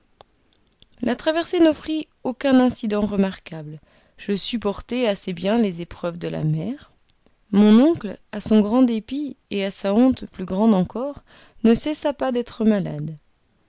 la traversée n'offrit aucun incident remarquable je supportai assez bien les épreuves de la mer mon oncle à son grand dépit et à sa honte plus grande encore ne cessa pas d'être malade